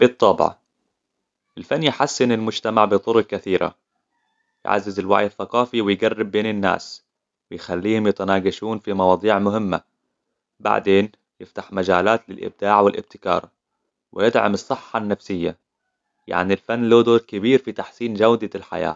بالطبع الفن يحسن المجتمع بطرق كثيرة يعزز الوعي الثقافي ويقرب بين الناس يخليهم يتناقشون في مواضيع مهمة بعدين يفتح مجالات للإبداع والإبتكار ويدعم الصحة النفسية يعني الفن له دور كبير في تحسين جودة الحياة